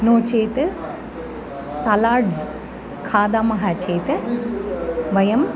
नो चेत् सलाड्ज़् खादामः चेत् वयम्